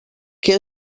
que